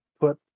put